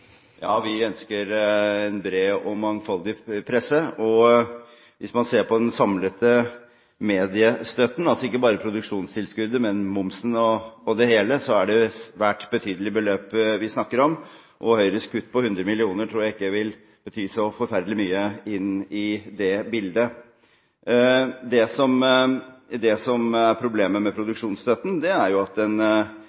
Ja, vi ønsker en bred og mangfoldig presse. Hvis man ser på den samlede mediestøtten, altså ikke bare på produksjonstilskuddet, men momsen og det hele, er det svært betydelige beløp vi snakker om. Høyres kutt på 100 mill. kr tror jeg ikke vil bety så forferdelig mye i det bildet. Problemet med produksjonsstøtten og den type midler er